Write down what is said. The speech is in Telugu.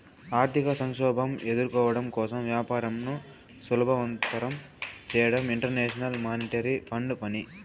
ఆర్థిక సంక్షోభం ఎదుర్కోవడం కోసం వ్యాపారంను సులభతరం చేయడం ఇంటర్నేషనల్ మానిటరీ ఫండ్ పని